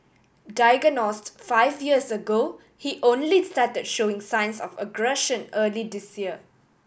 diagnosed five years ago he only started showing signs of aggression early this year